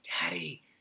daddy